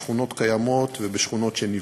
בשכונות קיימות ובשכונות שנבנה.